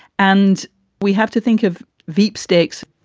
and we have to think of veep stakes.